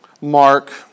mark